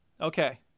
Okay